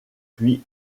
puis